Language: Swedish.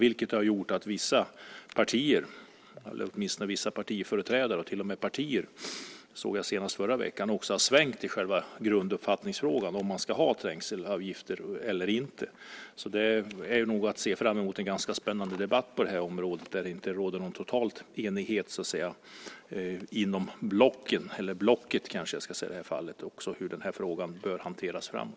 Det har gjort att åtminstone vissa partiföreträdare och till och med partier, vilket jag såg senast förra veckan, har svängt i sin grunduppfattning i frågan om det ska vara trängselavgift eller inte, så vi kan nog se fram emot en ganska spännande debatt på det här området där det inte råder någon total enighet inom blocken - i det här fallet kanske inom blocket - om hur frågan bör hanteras framöver.